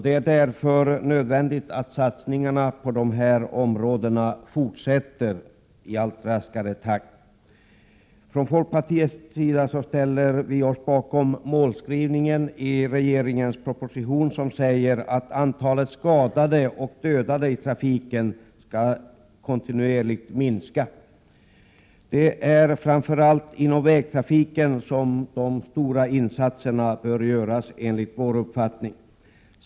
Det är därför nödvändigt att satsningarna inom dessa områden fortsätter och ökas. Folkpartiet ställer sig bakom målbeskrivningen i regeringens proposition där det sägs att antalet skadade och dödade i trafiken skall kontinuerligt minska. Det är framför allt inom vägtrafiken som de stora insatserna enligt vår uppfattning bör göras.